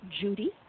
Judy